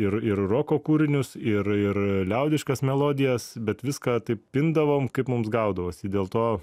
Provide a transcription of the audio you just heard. ir ir roko kūrinius ir ir liaudiškas melodijas bet viską taip pindavom kaip mums gaudavosi dėl to